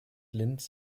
linz